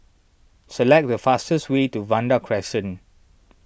select the fastest way to Vanda Crescent